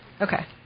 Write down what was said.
Okay